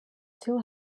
still